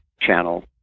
channel –